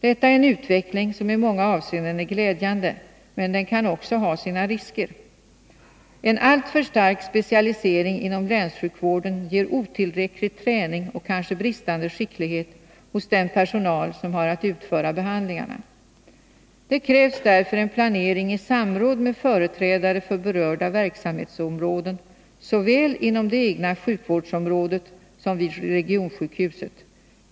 Detta är en utveckling som i många avseenden är glädjande, men den kan också ha sina risker. En alltför stark specialisering inom länssjukvården ger otillräcklig träning och kanske bristande skicklighet hos den personal som har att utföra behandlingarna. Det krävs därför en planering i samråd med företrädare för berörda verksamhetsområden såväl inom det egna sjukvårdsområdet som vid regionsjukhuset.